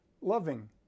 loving